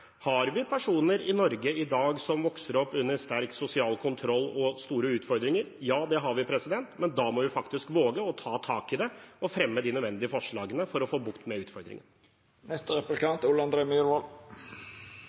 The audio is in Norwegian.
Har vi personer i Norge i dag som vokser opp under sterk sosial kontroll og store utfordringer? Ja, det har vi. Men da må vi faktisk våge å ta tak i det og fremme de nødvendige forslagene for å få bukt med